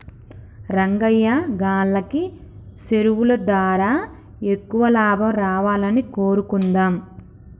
రంగయ్యా గాల్లకి సెరువులు దారా ఎక్కువ లాభం రావాలని కోరుకుందాం